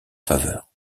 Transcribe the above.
faveur